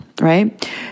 Right